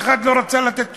לא, באמת.